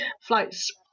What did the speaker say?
flights